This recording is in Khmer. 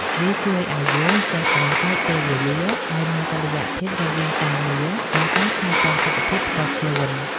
វាជួយឱ្យយើងចេះបែងចែកពេលវេលាឱ្យមានតុល្យភាពរវាងការងារ និងការថែទាំសុខភាពផ្ទាល់ខ្លួន។